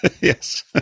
Yes